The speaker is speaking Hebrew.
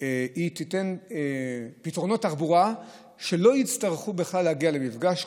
היא תיתן פתרונות תחבורה כדי שלא יצטרכו בכלל להגיע למפגש.